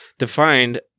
Defined